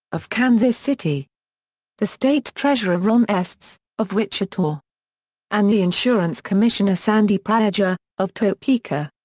of kansas city the state treasurer ron estes, of wichita and the insurance commissioner sandy praeger, of topeka.